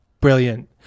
Brilliant